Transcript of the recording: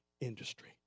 industry